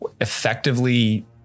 effectively